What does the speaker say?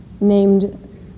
named